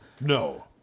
No